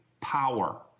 power